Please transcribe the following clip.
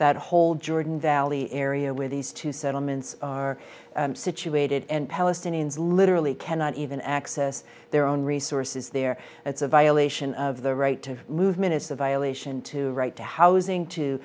that whole jordan valley area where these two settlements are situated and palestinians literally cannot even access their own resources there that's a violation of the right to move minister violation to right to housing to